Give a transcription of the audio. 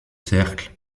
cercle